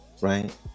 right